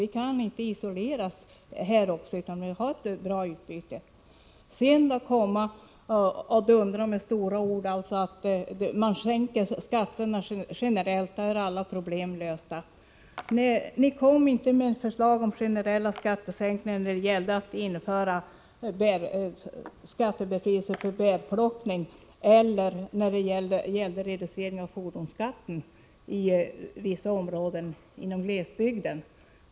Vi kan inte isolera oss, utan måste ha ett bra utbyte. De borgerliga dundrar och använder stora ord: Sänk skatterna generellt, så är alla problem lösta. Ni kom inte med förslag om generella skattesänkningar när det gällde att införa skattebefrielse för bärplockning eller i samband med reduceringarna av fordonsskatten i vissa områden i glesbygden.